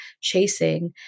chasing